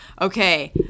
Okay